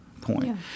point